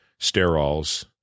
sterols